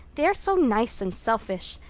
they are so nice and selfish.